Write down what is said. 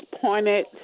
pointed